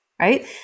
right